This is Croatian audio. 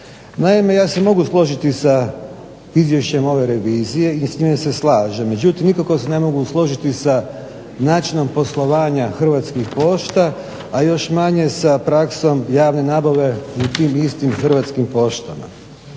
Naime, ja se mogu složiti sa izvješćem ove revizije i s time se slažem, međutim nikako se ne mogu složiti sa načinom poslovanja Hrvatskih pošta, a još manje sa praksom javne nabave u tim istim Hrvatskim poštama.